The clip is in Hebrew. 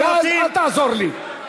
אורן חזן, לך למקומך ואל תעזור לי.